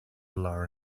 lara